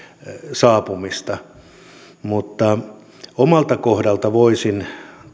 saapumista mutta omalta kohdalta voisin